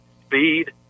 speed